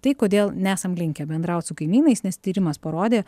tai kodėl nesam linkę bendraut su kaimynais nes tyrimas parodė